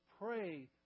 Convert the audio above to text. pray